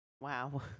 Wow